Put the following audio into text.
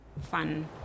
fun